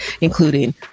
including